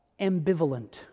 ambivalent